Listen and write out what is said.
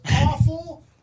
awful